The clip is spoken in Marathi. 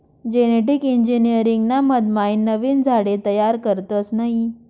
जेनेटिक इंजिनीअरिंग ना मधमाईन नवीन झाडे तयार करतस नयी